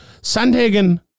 Sandhagen